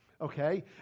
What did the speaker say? okay